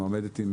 מועמדת עם